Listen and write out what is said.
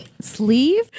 sleeve